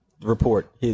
report